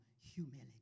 humility